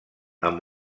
amb